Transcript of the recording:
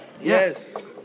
Yes